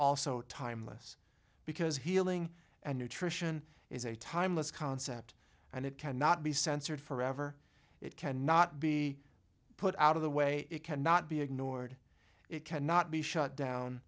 also timeless because healing and nutrition is a timeless concept and it cannot be censored forever it cannot be put out of the way it cannot be ignored it cannot be shut down